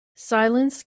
silence